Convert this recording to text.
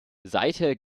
seither